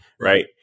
Right